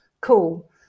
Cool